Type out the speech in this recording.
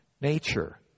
nature